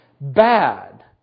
bad